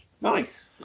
Nice